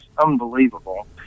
unbelievable